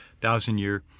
thousand-year